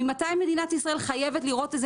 ממתי מדינת ישראל חייבת לראות איזה